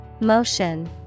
Motion